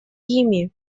ими